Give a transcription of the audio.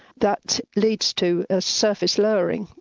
that leads to surface lowering,